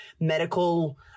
medical